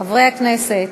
חברי הכנסת,